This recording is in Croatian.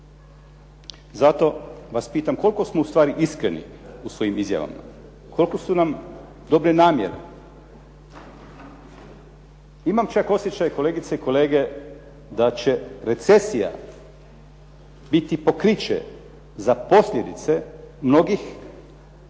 Zato vas pitam koliko smo u stvari iskreni u svojim izjavama, koliko su nam dobre namjere. Imam čak osjećaj kolegice i kolege da će recesija biti pokriće za posljedice mnogih oblika